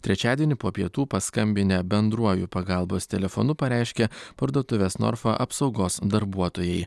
trečiadienį po pietų paskambinę bendruoju pagalbos telefonu pareiškė parduotuvės norfa apsaugos darbuotojai